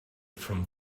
from